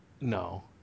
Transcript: no